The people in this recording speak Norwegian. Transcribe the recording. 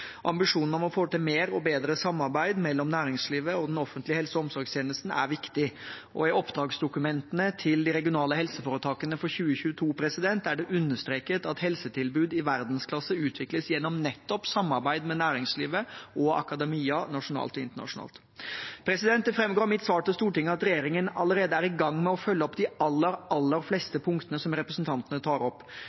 om å få til mer og bedre samarbeid mellom næringslivet og den offentlige helse- og omsorgstjenesten er viktig, og i oppdragsdokumentene til de regionale helseforetakene for 2022 er det understreket at helsetilbud i verdensklasse utvikles gjennom nettopp samarbeid med næringslivet og akademia, nasjonalt og internasjonalt. Det framgår av mitt svar til Stortinget at regjeringen allerede er i gang med å følge opp de aller, aller fleste punktene som representantene tar opp.